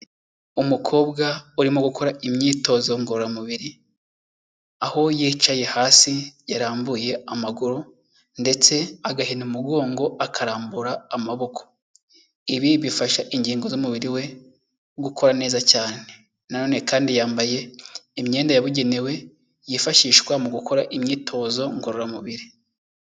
Umukobwa urimo gukora imyitozo ngororamubiri, aho yicaye hasi yarambuye amaguru ndetse agahina umugongo akarambura amaboko. Ibi bifasha ingingo z'umubiri we gukora neza cyane, nanone kandi yambaye imyenda yabugenewe yifashishwa mu gukora imyitozo ngororamubiri.